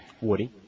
Woody